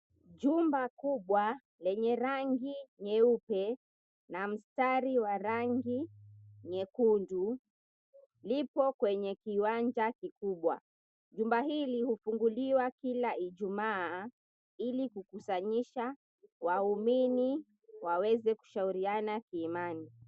Jumba kubwa lenye rangi nyeupe na mstari wa rangi nyekundu, lipo kwenye kiwanja kikubwa. Jumba hili hufunguliwa kila ijumaa ili kukusanyisha waumini waweze kushauriana kiimani.